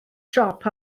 siop